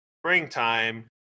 springtime